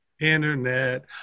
internet